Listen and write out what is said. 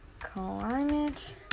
climate